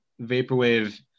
vaporwave